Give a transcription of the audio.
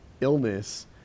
illness